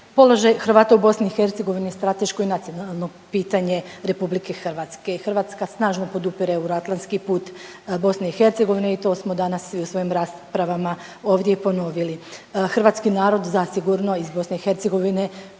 položaj Hrvata u BiH je strateško i nacionalno pitanje RH i Hrvatska snažno podupire euroatlanski put BiH i to smo danas i u svojim raspravama ovdje i ponovili. Hrvatski narod zasigurno iz BiH čim prije